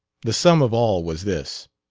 the sum of all was this